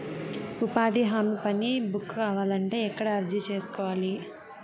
ఉపాధి హామీ పని బుక్ కావాలంటే ఎక్కడ అర్జీ సేసుకోవాలి?